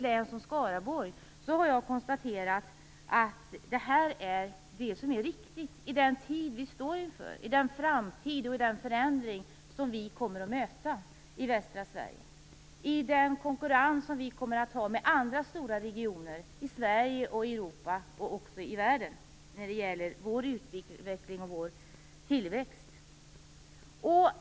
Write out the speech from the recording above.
För Skaraborg är det detta som är riktigt i den framtid som vi står inför och med den förändring som vi kommer att möta i västra Sverige, i den konkurrens som vi kommer att ha med andra stora regioner i Sverige, i Europa och också i världen när det gäller utveckling och tillväxt.